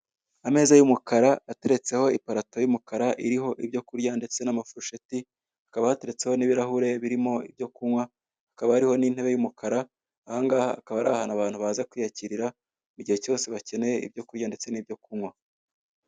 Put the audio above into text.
Ameza y'umukara, ateretseho iparato y'umukara, iriho ibyo kurya ndetse n'amafurusheti, hakaba hateretseho n'ibirahure birimo ibyo kunywa, hakaba hariho n'intebe y'umukara, ahangaha akaba ari ahantu abantu baza kwiyakirira, igihe cyose bakeneye ibyo kurya ndetse n'ibyo kunywa.